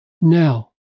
Now